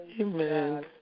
Amen